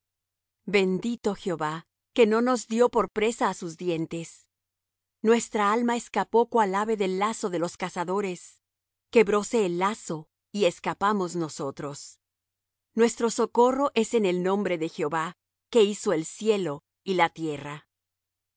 bendito jehová que no nos dió por presa á sus dientes nuestra alma escapó cual ave del lazo de los cazadores quebróse el lazo y escapamos nosotros nuestro socorro es en el nombre de jehová que hizo el cielo y la tierra